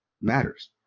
matters